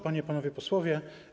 Panie i Panowie Posłowie!